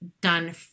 done